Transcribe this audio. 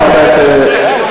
תודה רבה.